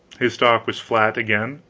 his stock was flat again.